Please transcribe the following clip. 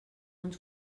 uns